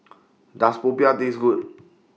Does Popiah Taste Good